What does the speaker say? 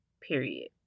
Period